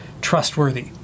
trustworthy